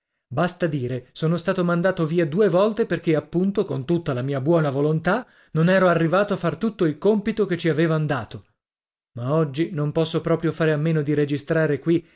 basta dire sono stato mandato via due volte perché appunto con tutta la mia buona volontà non ero arrivato a far tutto il compito che ci avevan dato ma oggi non posso proprio fare a meno di registrare qui